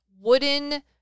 wooden